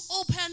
open